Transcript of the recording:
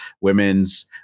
women's